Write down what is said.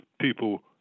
people